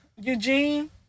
Eugene